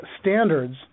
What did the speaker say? Standards